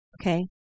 Okay